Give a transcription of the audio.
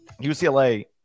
ucla